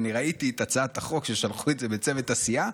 ואני ראיתי את הצעת החוק כששלחו את זה בצוות הסיעה,